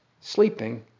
sleeping